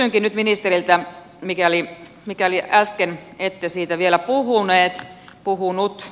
kysynkin nyt ministeriltä mikäli äsken ette siitä vielä puhunut